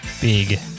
big